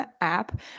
app